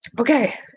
okay